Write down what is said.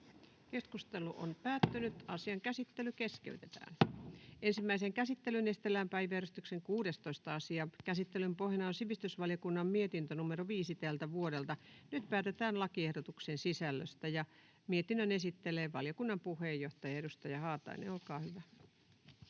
5 kohdan kumoamisesta Time: N/A Content: Ensimmäiseen käsittelyyn esitellään päiväjärjestyksen 16. asia. Käsittelyn pohjana on sivistysvaliokunnan mietintö SiVM 5/2024 vp. Nyt päätetään lakiehdotuksen sisällöstä. — Mietinnön esittelee valiokunnan puheenjohtaja, edustaja Haatainen. Olkaa hyvä.